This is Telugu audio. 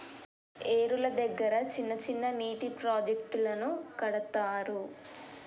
ఏరుల దగ్గర చిన్న చిన్న నీటి ప్రాజెక్టులను కడతారు